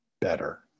better